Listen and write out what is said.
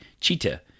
Cheetah